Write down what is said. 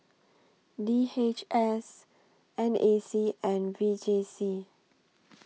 D H S N A C and V J C